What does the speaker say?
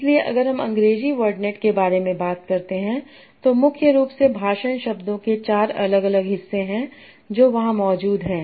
इसलिए अगर हम अंग्रेजी वर्डनेट के बारे में बात करते हैं तो मुख्य रूप से भाषण शब्दों के चार अलग अलग हिस्से हैं जो वहां मौजूद हैं